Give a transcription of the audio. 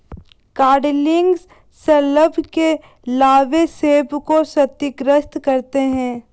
codling शलभ के लार्वे सेब को क्षतिग्रस्त करते है